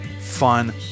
fun